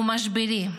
הוא משברי.